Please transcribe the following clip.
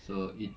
so it's